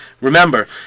remember